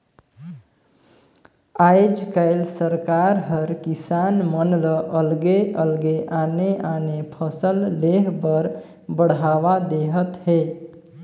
आयज कायल सरकार हर किसान मन ल अलगे अलगे आने आने फसल लेह बर बड़हावा देहत हे